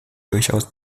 durchaus